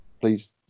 please